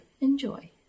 enjoy